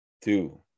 two